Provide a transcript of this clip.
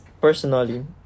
Personally